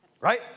Right